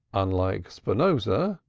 unlike spinoza,